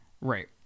Right